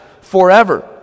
forever